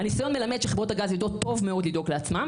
הניסיון מלמד שחברות הגז יודעות טוב מאוד לדאוג לעצמן,